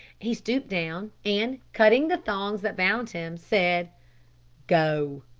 he stooped down, and, cutting the thongs that bound him, said go,